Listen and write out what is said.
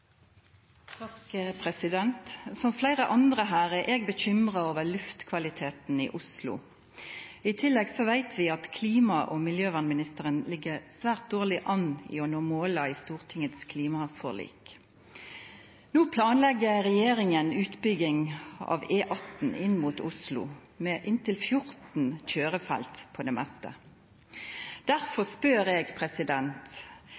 jeg bekymret over luftkvaliteten i Oslo. I tillegg vet vi at klima- og miljøvernministeren ligger svært dårlig an for å nå målene i Stortingets klimaforlik. Nå planlegger regjeringen utbygging av E18 inn mot Oslo med inntil 14 kjørefelt på det meste.